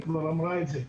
היא כבר אמרה את זה.